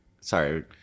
Sorry